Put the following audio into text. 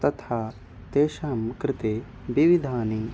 तथा तेषां कृते विविधानि